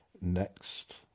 next